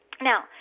Now